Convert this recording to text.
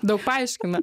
daug paaiškina